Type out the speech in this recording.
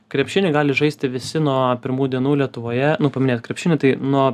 krepšinį gali žaisti visi nuo pirmų dienų lietuvoje nu paminėjot krepšinį tai nuo